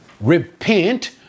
Repent